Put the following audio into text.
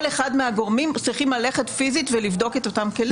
כל אחד מהגורמים צריך ללכת פיזית ולבדוק את אותם כלים.